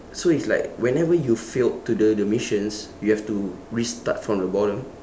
so it's like whenever you failed to do the missions you have to restart from the bottom